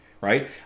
right